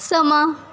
ਸਮਾਂ